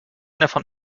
davon